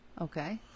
Okay